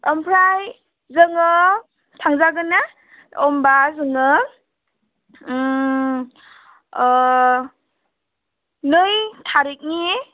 ओमफ्राय जोङो थांजागोनना होम्बा जोङो नै थारिखनि